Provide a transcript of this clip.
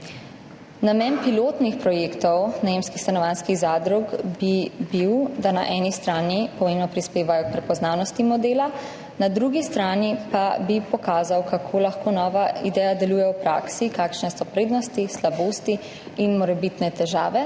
Namen pilotnih projektov najemniških stanovanjskih zadrug bi bil, da na eni strani pomembno prispevajo k prepoznavnosti modela, na drugi strani pa bi pokazal, kako lahko nova ideja deluje v praksi, kakšne so prednosti, slabosti in morebitne težave.